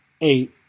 eight